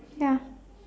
ya